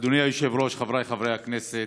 אדוני היושב-ראש, חבריי חברי הכנסת,